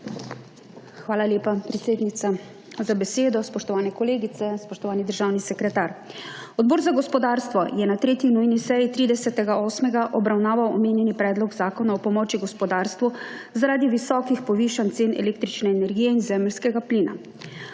Hvala lepa predsednica za besedo. Spoštovane kolegice, spoštovani državni sekretar! Odbor za gospodarstvo je na 3. nujni seji 30. 8. 2022 obravnaval omenjeni Predlog zakona o pomoči gospodarstvu zaradi visokih povišanj cen električne energije in zemeljskega plina.